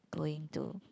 going to